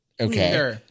Okay